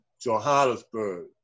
Johannesburg